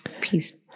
peace